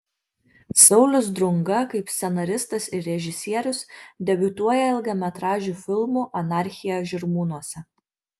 saulius drunga kaip scenaristas ir režisierius debiutuoja ilgametražiu filmu anarchija žirmūnuose